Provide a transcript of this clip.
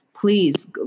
Please